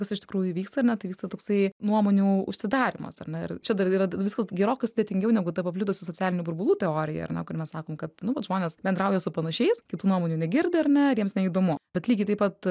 kas iš tikrųjų vyksta ar ne tai vyksta toksai nuomonių užsidarymas ar ne čia dar yra viskas gerokai sudėtingiau negu ta paplitusių socialinių burbulų teorija ar ne kur mes sakom kad nu vat žmonės bendrauja su panašiais kitų nuomonių negirdi ar ne jiems neįdomu bet lygiai taip pat